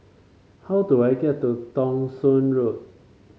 how do I get to Thong Soon Road